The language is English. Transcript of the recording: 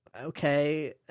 okay